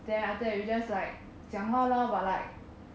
then after that we just like 讲好 lor but like